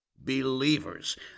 believers